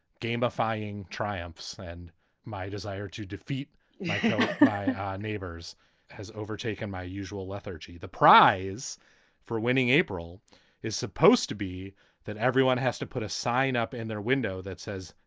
game defying triumphs and my desire to defeat my neighbors has overtaken my usual lethargy. the prize for winning april is supposed to be that everyone has to put a sign up in their window that says,